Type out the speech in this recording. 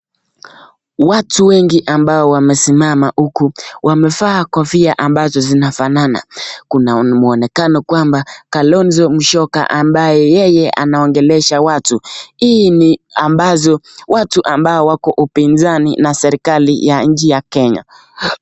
Watu wengi ambao wamesimama huku wamevaa kofia ambazo zinafanana kuna muonekano kwamba Kalonzo Musyoka ambaye yeye anaongelesha watu. Hii ni ambazo watu ambao wako upinzani na serekali ya nchi ya kenya.